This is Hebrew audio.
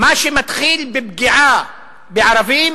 שמתחיל בפגיעה בערבים